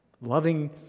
loving